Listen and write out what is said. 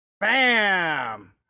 Bam